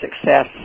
success